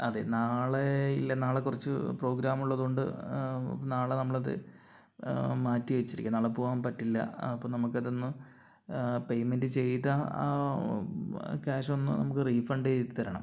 അതെ നാളെ ഇല്ല നാളെ കുറച്ചു പ്രോഗ്രാമുള്ളതുകൊണ്ട് നാളെ നമ്മളത് മാറ്റി വെച്ചിരിക്കുകയ നാളെ പോകാൻ പറ്റില്ല അപ്പോൾ നമുക്കതൊന്ന് പേയ്മെൻറ് ചെയ്ത ആ ക്യാഷൊന്ന് നമുക്ക് റീഫണ്ട് ചെയ്തു തരണം